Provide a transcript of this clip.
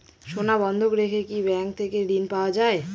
সোনা বন্ধক রেখে কি ব্যাংক থেকে ঋণ পাওয়া য়ায়?